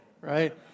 right